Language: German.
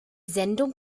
sendung